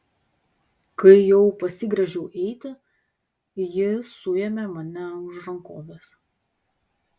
kai jau pasigręžiau eiti ji suėmė mane už rankovės